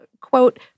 Quote